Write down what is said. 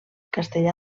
castellà